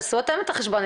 תעשו אתם את החשבון.